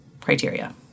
criteria